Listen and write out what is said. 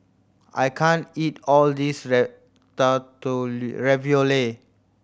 I can't eat all this Ratatouille